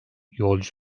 yolcu